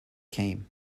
came